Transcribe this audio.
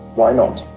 why not?